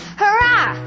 hurrah